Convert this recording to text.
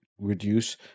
reduce